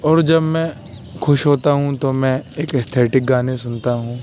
اور جب میں خوش ہوتا ہوں تو میں ایک ایستھیٹک گانے سنتا ہوں